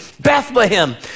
Bethlehem